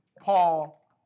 Paul